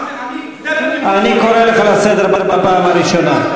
אני קורא אותך לסדר בפעם הראשונה.